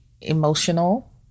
emotional